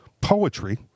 poetry